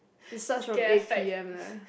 it starts from eight P_M leh